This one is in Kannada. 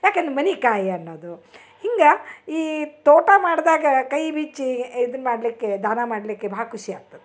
ಯಾಕಂದ್ರ ಮನೆ ಕಾಯಿ ಅನ್ನೋದು ಹಿಂಗೆ ಈ ತೋಟ ಮಾಡ್ದಾಗ ಕೈ ಬಿಚ್ಚಿ ಇದನ್ನ ಮಾಡಲಿಕ್ಕೆ ದಾನ ಮಾಡಲಿಕ್ಕೆ ಭಾಳ ಖುಷಿ ಆಗ್ತದ